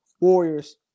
Warriors